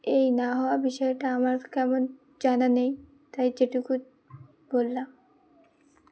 এই না হওয়া বিষয়টা আমার কেমন জানা নেই তাই যেটুকু বললাম